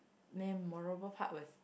memorable part was